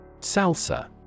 Salsa